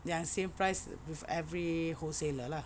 yang same price with every wholesaler lah